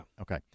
Okay